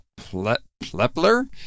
Plepler